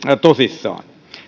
tosissaan